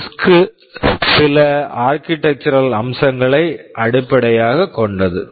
risk RISC சில architectural architectural அம்சங்களை அடிப்படையாகக் கொண்டது